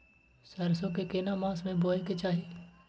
सरसो के केना मास में बोय के चाही?